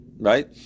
right